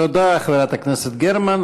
תודה, חברת הכנסת גרמן.